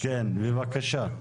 כן, בבקשה.